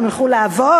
הם ילכו לעבוד?